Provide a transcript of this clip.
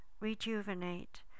rejuvenate